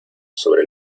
sobre